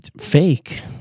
fake